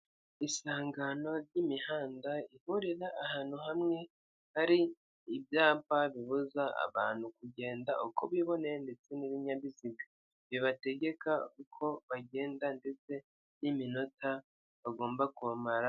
Isangano ry'imihanda ihurira ahantu hamwe, hari ibyapa bibuza abantu kugenda uko biboneye ndetse n'ibinyabiziga, bibategeka uko bagenda ndetse n'iminota bagomba kuhamara.